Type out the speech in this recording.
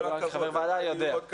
יאיר גולן חבר ועדה, יודע.